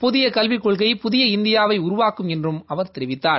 புதிய கல்விக் கொள்கை புதிய இந்தியாவை உருவாக்கும் என்றும் அவர் தெரிவித்தார்